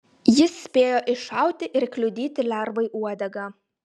jis spėjo iššauti ir kliudyti lervai uodegą